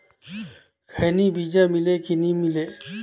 खैनी बिजा मिले कि नी मिले?